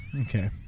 okay